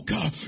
God